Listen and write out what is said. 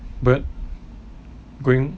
by right ging